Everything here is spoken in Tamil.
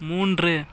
மூன்று